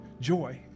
joy